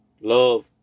love